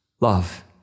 love